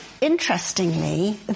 Interestingly